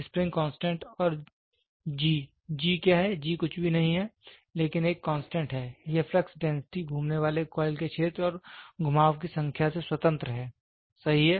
spring constant और G G क्या है G कुछ भी नहीं है लेकिन एक कांस्टेंट है यह फ्लक्स डेंसिटी घूमने वाले कॉइल के क्षेत्र और घुमाव की संख्या से स्वतंत्र है सही है